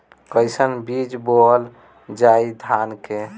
कईसन बीज बोअल जाई धान के?